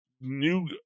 new